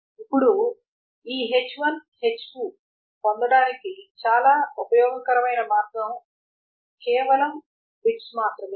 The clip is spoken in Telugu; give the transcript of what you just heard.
ఇప్పుడు ఈ h1 h2 పొందడానికి చాలా ఉపయోగకరమైన మార్గం కేవలం బిట్స్ మాత్రమే